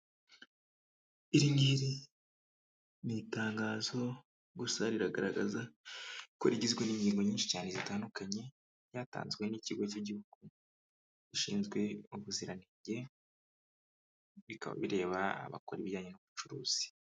Iri ngiri ni itangazo gusa rigaragaza ko rigizwe n'ingingo nyinshi cyane zitandukanye, ryatanzwe n'ikigo cy'igihugu gishinzwe ubuziranenge bikaba bireba abakora ibijyanye n'ubucuruzi.